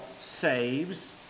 saves